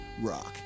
rock